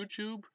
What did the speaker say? YouTube